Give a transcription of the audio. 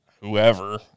whoever